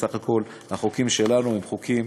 בסך הכול החוקים שלנו הם חוקים